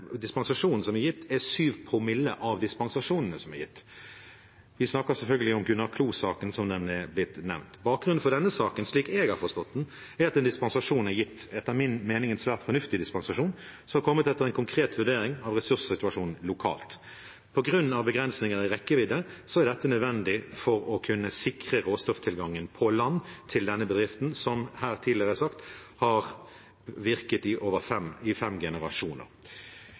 dispensasjonen som er gitt, utgjør 7 promille av dispensasjonene som er gitt. Vi snakker selvfølgelig om Gunnar Klo-saken, som er blitt nevnt. Bakgrunnen for denne saken, slik jeg har forstått den, er at en dispensasjon er gitt – etter min mening en svært fornuftig dispensasjon – etter en konkret vurdering av ressurssituasjonen lokalt. På grunn av begrensninger i rekkevidde er dette nødvendig for å kunne sikre råstofftilgangen til denne bedriften på land, som her tidligere sagt har virket i fem generasjoner.